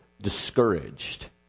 discouraged